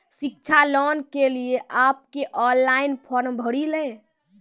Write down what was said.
शिक्षा लोन के लिए आप के ऑनलाइन फॉर्म भरी ले?